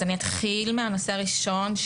אז אני אתחיל מהנושא הראשון,